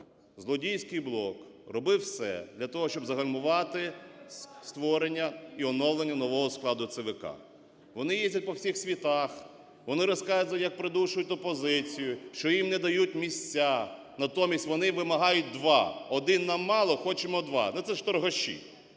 злодійський блок робив все для того, щоб загальмувати створення і оновлення нового складу ЦВК. Вони їздять по всіх світах, вони розказують, як придушують опозицію, що їм не дають місця. Натомість вони вимагають два: один нам мало, хочемо два. Ну, це ж торгаші!